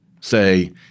say –